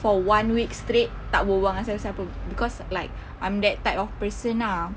for one week straight tak berbual-bual siapa-siapa cause like I'm that type of person ah